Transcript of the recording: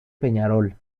peñarol